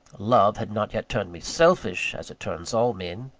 love had not yet turned me selfish, as it turns all men,